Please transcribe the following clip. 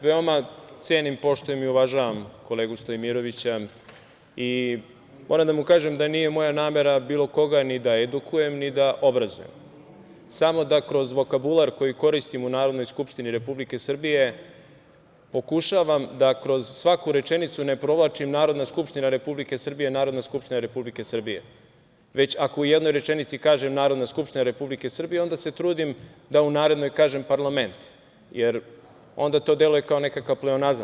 Veoma cenim, poštujem i uvažavam kolegu Stojmirovića i moram da mu kažem da nije moja namera bilo koga ni da edukujem, ni da obrazujem, samo da kroz vokabular koji koristim u Narodnoj skupštini Republike Srbije pokušavam da kroz svaku rečenicu ne provlačim Narodna skupština Republike Srbije, Narodna skupština Republike Srbije, već ako u jednoj rečenici kažem Narodna skupština Republike Srbije onda se trudim da u narednoj kažem parlament, jer onda to deluje kao nekakav pleonazam.